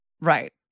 right